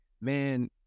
man